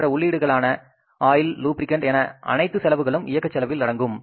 மற்ற உள்ளீடுகளான oil lubricant என அனைத்து செலவுகளும் இயக்கச் செலவில் அடங்கும்